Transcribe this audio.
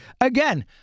again